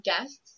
guests